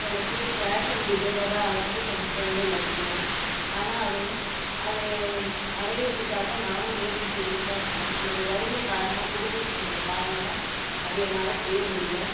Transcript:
எனக்கு பேஷன் டிசைனராக ஆகிறது ரொம் என்னுடைய லட்சியம் ஆனால் அது அது அடைகிறதுக்காக நானும் முயற்சி செஞ்சுட்டுதான் இருக்கிறேன் என்னுடைய வறுமை காரணமாக குடும்ப சூழ்நிலை காரணமாக அது என்னால் செய்ய முடியல